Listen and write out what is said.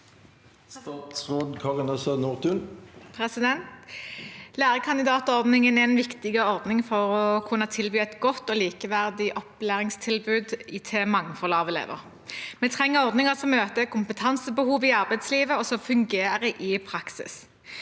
Lærekan- didatordningen er en viktig ordning for å kunne tilby et godt og likeverdig opplæringstilbud til mangfoldet av elever. Vi trenger ordninger som møter kompetansebehov i arbeidslivet, og som fungerer i praksis.